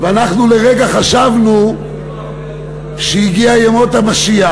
ואנחנו לרגע חשבנו שהגיעו ימות המשיח,